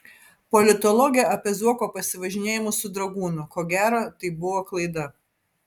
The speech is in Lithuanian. politologė apie zuoko pasivažinėjimus su dragūnu ko gero tai buvo klaida